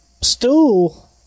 stool